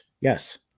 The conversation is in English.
Yes